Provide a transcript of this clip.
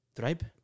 Tripe